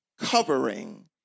covering